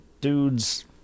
dudes